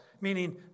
meaning